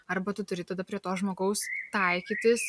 arba tu turi tada prie to žmogaus taikytis